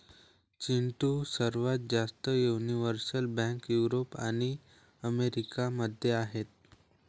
चिंटू, सर्वात जास्त universal bank Europe आणि अमेरिका मध्ये आहेत